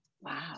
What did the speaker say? Wow